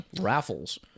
Raffles